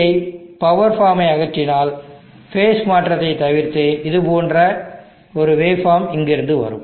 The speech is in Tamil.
யை பவர் ஃபார்ம் ஐ அகற்றினால் ஃபேஸ் மாற்றத்தைத் தவிர்த்து இதுபோன்ற ஒரு வேவ்பார்ம் இங்கிருந்து வரும்